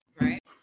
Right